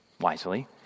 wisely